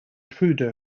trudeau